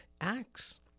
acts